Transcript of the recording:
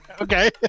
Okay